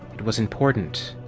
it was important,